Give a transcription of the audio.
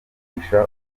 kwigisha